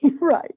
Right